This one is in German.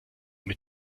mit